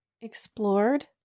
explored